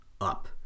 up